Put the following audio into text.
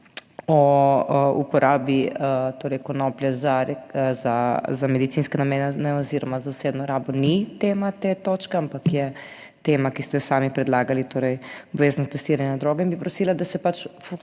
o uporabi torej konoplje za medicinske namene oziroma za osebno rabo ni tema te točke, ampak je tema, ki ste jo sami predlagali, torej obvezno testiranje na droge, in bi prosila, da se pač